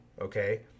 okay